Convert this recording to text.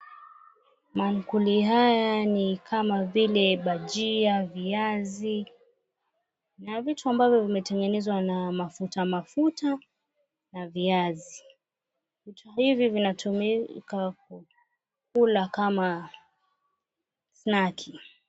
Mankuli haya ni kama vile bajia, viazi na vitu ambavyo vimetengenezwa na mafuta mafuta na viazi. Vitu hivi vinatumika kukula kama snaki .